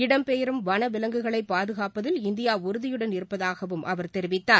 இடம் பெயரும் வன விலங்குகளை பாதுகாப்பதில் இந்தியா உறுதியுடன் இருப்பதாகவும் அவர் தெரிவித்தார்